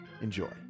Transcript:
Enjoy